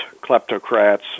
kleptocrats